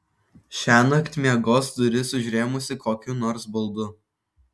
šiąnakt miegos duris užrėmusi kokiu nors baldu